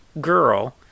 girl